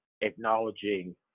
acknowledging